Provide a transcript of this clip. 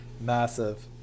Massive